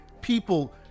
people